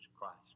Christ